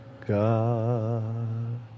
God